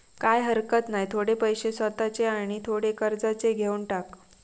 काय हरकत नाय, थोडे पैशे स्वतःचे आणि थोडे कर्जाचे घेवन टाक